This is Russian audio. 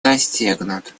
достигнут